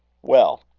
well,